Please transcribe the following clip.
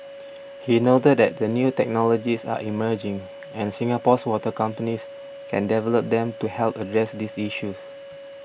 he noted that the new technologies are emerging and Singapore's water companies can develop them to help address these issues